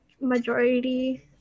majority